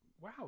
wow